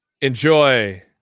Enjoy